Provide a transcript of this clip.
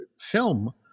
film